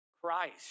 Christ